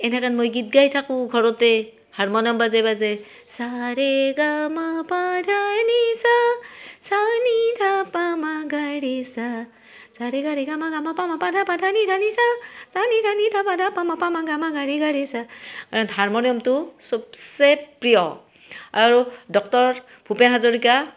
এনেকেন মই গীত গাই থাকো ঘৰতে হাৰমনিয়াম বাজে বাজে চাৰেগামাপাধানিচা চানিধাপামাগাৰেচা চাৰেগা ৰেগামা গামাপা মাপাধা পাধানি ধানিচা চানিধা নিধাপা ধাপামা পামাগা মাগাৰে গাৰেচা হাৰমনিয়ামটো চবচে প্ৰিয় আৰু ডক্টৰ ভূপেন হাজৰিকা